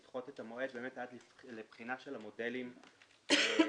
לדחות את המועד עד לבחינה של המודלים שיצאו,